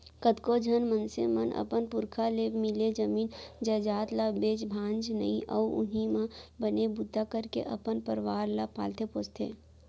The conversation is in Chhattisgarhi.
कतको झन मनसे मन अपन पुरखा ले मिले जमीन जयजाद ल बेचय भांजय नइ अउ उहीं म बने बूता करके अपन परवार ल पालथे पोसथे